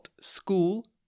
school